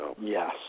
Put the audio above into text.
Yes